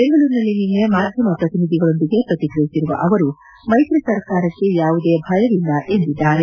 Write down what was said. ಬೆಂಗಳೂರಿನಲ್ಲಿ ನಿನ್ನೆ ಮಾಧ್ಯಮ ಪ್ರಕಿನಿಧಿಗಳೊಂದಿಗೆ ಪ್ರತಿಕ್ರಿಯಿಸಿರುವ ಅವರು ಮೈತ್ರಿ ಸರ್ಕಾರಕ್ಷೆ ಯಾವುದೇ ಭಯವಿಲ್ಲ ಎಂದಿದ್ದಾರೆ